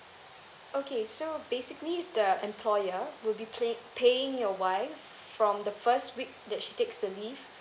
okay so basically the employer will be pay paying your wife from the first week that she takes the leave